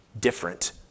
different